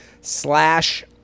slash